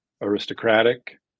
aristocratic